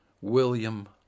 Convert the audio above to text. william